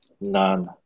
none